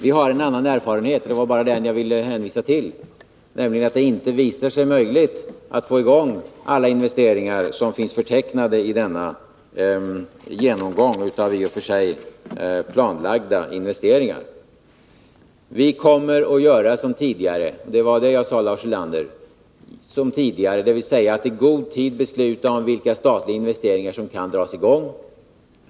Vi har en annan erfarenhet — och det var bara den jag ville hänvisa till — nämligen att det inte visar sig möjligt att få i gång alla investeringar som finns förtecknade i genomgångar av i och för sig planlagda investeringar. Vi kommer att göra som tidigare — och det var det jag sade, Lars Ulander — dvs. att i god tid besluta om vilka statliga investeringar som kan dras i gång.